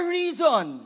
reason